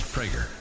Prager